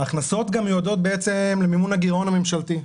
ההכנסות מיועדות גם למימון הגירעון הממשלתי.